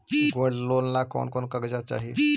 Gold loan ला कौन कौन कागजात चाही?